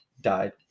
Died